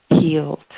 healed